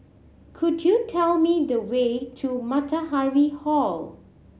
could you tell me the way to Matahari Hall